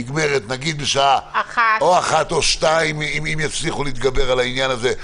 נגמרת בשעה 13:00 או 14:00. אם יצליחו להתגבר על העניין הזה,